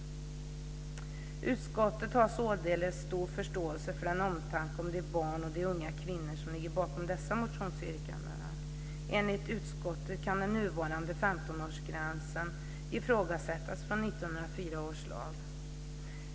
Utskottet har således stor förståelse för den omtanke om de unga kvinnor och barn som ligger bakom dessa motionsyrkanden. Enligt utskottet kan den nuvarande 15-årsgränsen i 1904 års lag ifrågasättas.